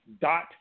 dot